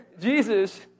Jesus